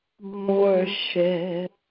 worship